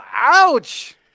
ouch